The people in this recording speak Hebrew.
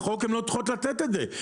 בחוק הן לא צריכות לתת את זה.